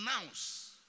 announce